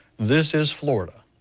this is florida.